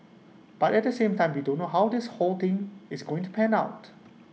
but at the same time we don't know how this whole thing is going to pan out